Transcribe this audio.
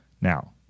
Now